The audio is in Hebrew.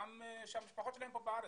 גם שהמשפחות שלהם פה בארץ.